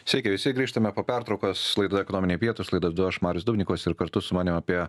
sveiki visi grįžtame po pertraukos laida ekonominiai pietūs laida vedu aš marius dubnikovas ir kartu su manimi apie